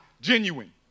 genuine